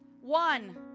One